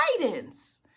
guidance